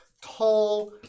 Tall